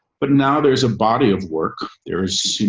but now there's a body of work there is,